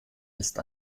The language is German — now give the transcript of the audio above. ist